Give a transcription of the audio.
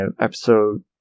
episode